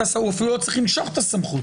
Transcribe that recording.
הוא אפילו לא צריך למשוך את הסמכות.